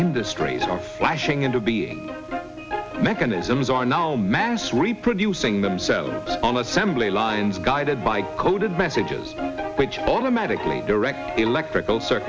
industries are flashing in to be mechanisms are now mass reproducing themselves on assembly lines guided by coded messages which automatically direct electrical cir